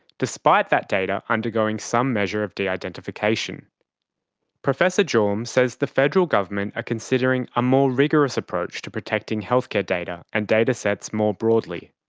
despite that data undergoing some measure of de-identification. professor jorm says the federal government are ah considering a more rigorous approach to protecting healthcare data and datasets more broadly.